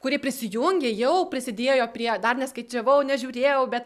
kurie prisijungė jau prisidiejo prie dar neskaičiavau nežiūriejau bet